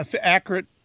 accurate